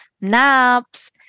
naps